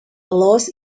lost